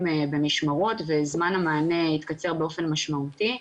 במשמרות וזמן המענה התקצר באופן משמעותי.